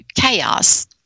chaos